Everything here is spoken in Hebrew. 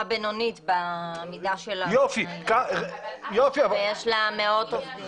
בינונית בעמידה שלה ויש לה מאות עובדים.